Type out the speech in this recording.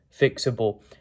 fixable